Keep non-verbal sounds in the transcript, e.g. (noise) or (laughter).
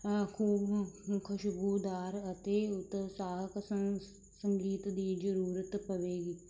ਖੂ ਖੁਸ਼ਬੂਦਾਰ ਅਤੇ ਉਤਸਾਹਕ ਸੰਸ (unintelligible) ਸੰਗੀਤ ਦੀ ਜ਼ਰੂਰਤ ਪਵੇਗੀ